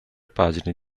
pagine